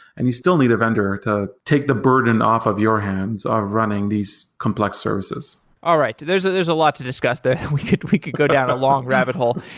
and you still need a vendor to take the burden off of your hands of running these complex services all right. there's ah there's a lot to discuss, that we could we could go down a long rabbit hole.